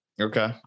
Okay